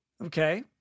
Okay